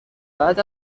بعد